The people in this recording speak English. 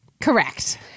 correct